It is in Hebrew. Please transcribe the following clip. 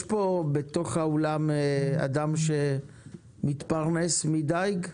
יש פה באולם אדם שמתפרנס מדיג?